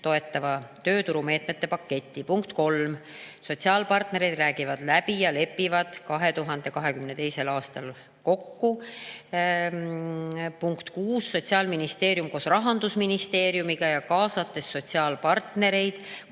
toetava tööturumeetmete paketi ..., punkt 3: sotsiaalpartnerid räägivad läbi ja lepivad 2022. aastal kokku ..., punkt 6: Sotsiaalministeerium koos Rahandusministeeriumiga ja kaasates sotsiaalpartnereid